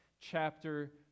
chapter